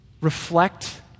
reflect